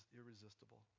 irresistible